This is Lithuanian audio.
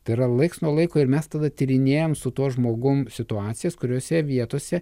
tai yra laiks nuo laiko ir mes tada tyrinėjam su tuo žmogumi situacijas kuriose vietose